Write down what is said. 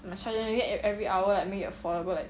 you must charge them like e~ every hour make it affordable like